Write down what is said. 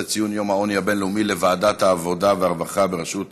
ציון היום הבין-לאומי למאבק בעוני לוועדת העבודה והרווחה בראשות